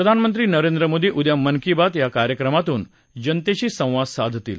प्रधानमंत्री नरेंद्र मोदी उद्या मन की बात या कार्यक्रमातून जनतेशी संवाद साधतील